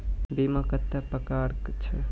बीमा कत्तेक प्रकारक छै?